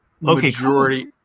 majority